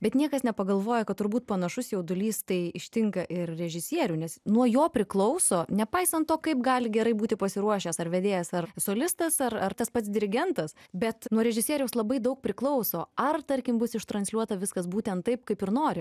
bet niekas nepagalvoja kad turbūt panašus jaudulys tai ištinka ir režisierių nes nuo jo priklauso nepaisant to kaip gali gerai būti pasiruošęs ar vedėjas ar solistas ar ar tas pats dirigentas bet nuo režisieriaus labai daug priklauso ar tarkim bus ištransliuota viskas būtent taip kaip ir nori